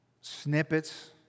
snippets